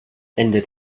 ende